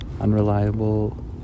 Unreliable